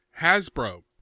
Hasbro